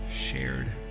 shared